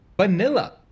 vanilla